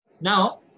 Now